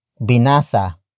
binasa